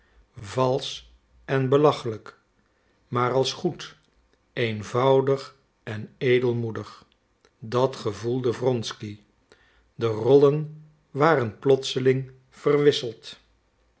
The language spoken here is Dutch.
valsch en belachelijk maar als goed eenvoudig en edelmoedig dat gevoelde wronsky de rollen waren plotseling verwisseld